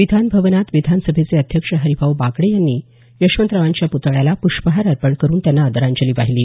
विधान भवनात विधानसभेचे अध्यक्ष हरिभाऊ बागडे यांनी यशवंतरावांच्या पुतळ्याला प्रष्पहार अर्पण करून आदरांजली वाहिली